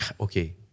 okay